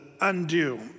undo